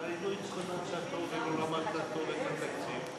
אולי לא התכוננת טוב ולא למדת טוב את התקציב?